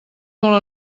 molt